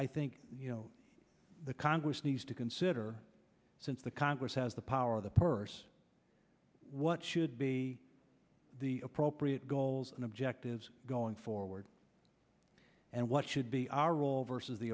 think the congress needs to consider since the congress has the power of the purse what should be the appropriate goals and objectives going forward and what should be our role versus the